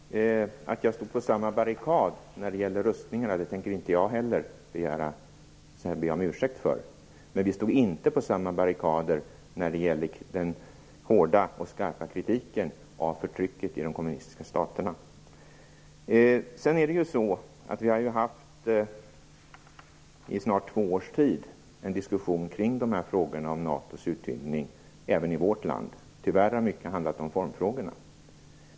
Fru talman! Att jag stod på samma barrikad när det gällde rustningarna tänker inte heller jag be om ursäkt för. Men vi stod inte på samma barrikader när det gällde den hårda och skarpa kritiken av förtrycket i de kommunistiska staterna. Vi har ju även i vårt land haft en diskussion kring frågorna om NATO:s utvidgning i snart två års tid. Tyvärr har mycket handlat om formfrågorna.